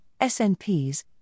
SNPs